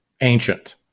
ancient